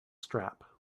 strap